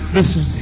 Listen